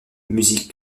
musique